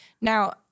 Now